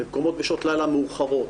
בשעות לילה המאוחרות